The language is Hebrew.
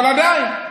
אבל עדיין,